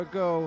go